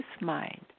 mind